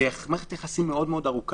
זה מערכת יחסים מאוד ארוכת-טווח.